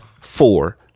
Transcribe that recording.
Four